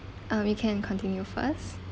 uh we can continue first